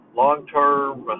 long-term